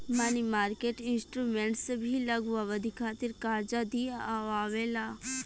मनी market instruments भी लघु अवधि खातिर कार्जा दिअवावे ला